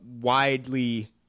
widely